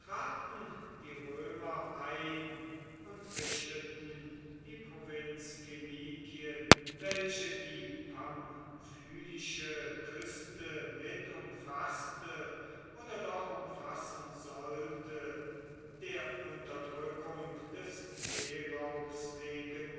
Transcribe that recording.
die römer ein und richteten die provinz kilikien welche die pamphylische küste mit umfaßte oder doch umfassen sollte der unterdrückung des seeraubs wegen